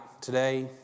today